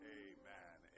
amen